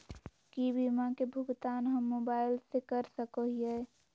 की बीमा के भुगतान हम मोबाइल से कर सको हियै?